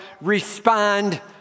respond